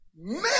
man